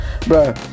bro